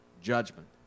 judgment